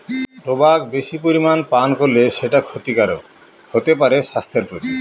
tobacco বেশি পরিমানে পান করলে সেটা ক্ষতিকারক হতে পারে স্বাস্থ্যের প্রতি